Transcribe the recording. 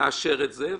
תאשר את זה והכנסת,